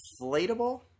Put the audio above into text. inflatable –